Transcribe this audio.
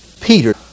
Peter